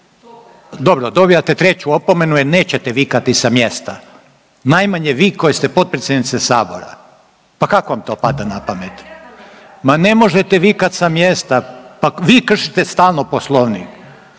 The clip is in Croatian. Dobro, dobivate treću opomenu. E nećete vikati sa mjesta najmanje vi koji ste potpredsjednica Sabora. Pa kako vam to pada na pamet? …/Upadica Glasovac, ne čuje se./… Ma ne možete vikat sa mjesta! Pa vi kršite stalno Poslovnik!